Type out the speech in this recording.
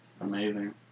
amazing